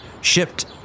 shipped